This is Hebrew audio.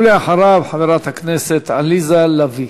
ואחריו, חברת הכנסת עליזה לביא.